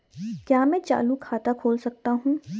क्या मैं चालू खाता खोल सकता हूँ?